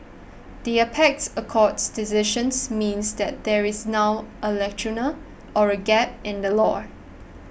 the apex a court's decisions means that there is now a lacuna or a gap in the law